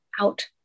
out